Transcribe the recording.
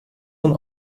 nun